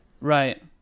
Right